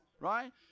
right